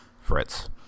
Fritz